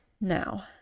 now